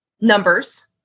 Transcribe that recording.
numbers